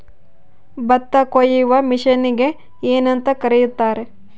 ಭತ್ತ ಕೊಯ್ಯುವ ಮಿಷನ್ನಿಗೆ ಏನಂತ ಕರೆಯುತ್ತಾರೆ?